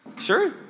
Sure